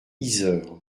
yzeure